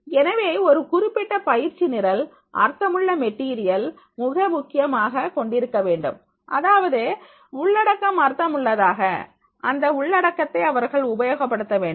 எனவே ஒரு குறிப்பிட்ட பயிற்சி நிரல் அர்த்தமுள்ள மெட்டீரியல் மிக முக்கியமாக கொண்டிருக்க வேண்டும் அதாவது உள்ளடக்கம் அர்த்தமுள்ளதாக அந்த உள்ளடக்கத்தை அவர்கள் உபயோகப்படுத்த வேண்டும்